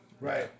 Right